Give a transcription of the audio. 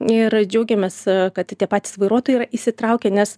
ir džiaugiamės kad tie patys vairuotojai yra įsitraukę nes